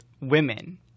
women